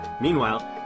Meanwhile